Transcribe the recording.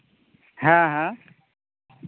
ᱦᱮᱸ ᱦᱮᱸ